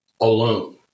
alone